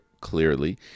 clearly